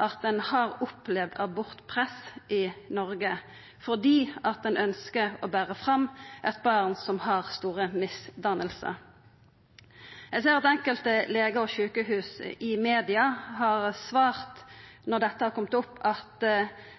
at ein har opplevd abortpress i Noreg fordi ein ønskjer å bera fram eit barn som har store misdanningar. Eg ser at enkelte legar og sjukehus i media har svart – når dette har kome opp – at